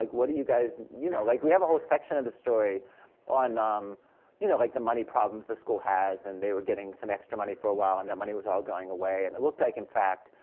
like what do you guys you know like we have a whole section of the story on um you know like the money problems the school has, and they were getting some extra money for a while and that money was all going away. and it looked like, in fact,